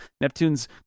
Neptune's